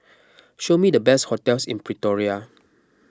show me the best hotels in Pretoria